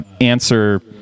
answer